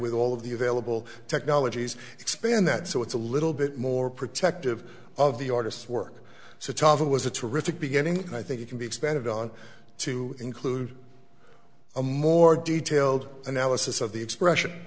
with all of the available technologies expand that so it's a little bit more protective of the artist's work so tough it was a terrific beginning and i think it can be expanded on to include a more detailed analysis of the expression